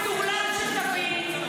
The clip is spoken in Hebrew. אני אעשה פיליבסטר על כל חוק מטורלל שתביא.